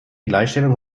gleichstellung